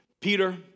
Peter